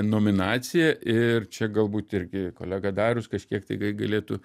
nominaciją ir čia galbūt irgi kolega darius kažkiek tai gal galėtų